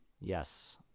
Yes